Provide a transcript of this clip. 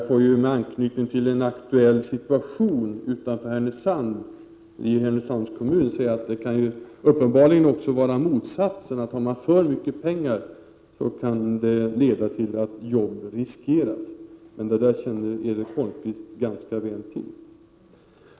Jag får, med anknytning till en aktuell situation i Härnösands kommun, säga att uppenbarligen också motsatsen kan gälla: har man för mycket pengar så kan det leda till att jobb riskeras. Men det där känner ju Erik Holmkvist ganska väl till.